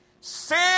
sin